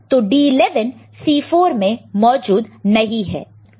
तो D11 C4 में मौजूद नहीं है